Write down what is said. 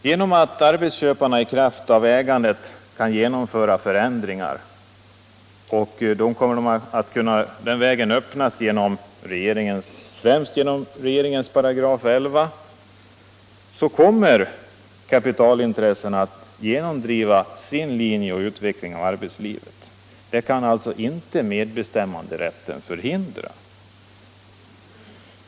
Genom att arbetsköparna i kraft av ägandet kan genomföra förändringar —- och den vägen öppnas främst genom regeringens 11 §—- kommer kapitalintressena att genomdriva sin linje, sin utveckling av arbetslivet. Det kan alltså inte medbestämmanderätten förhindra.